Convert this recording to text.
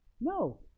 No